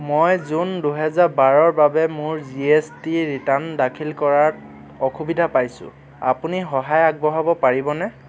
মই জুন দুহেজাৰ বাৰৰ বাবে মোৰ জি এছ টি ৰিটাৰ্ণ দাখিল কৰাত অসুবিধা পাইছোঁ আপুনি সহায় আগবঢ়াব পাৰিবনে